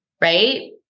right